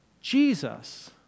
Jesus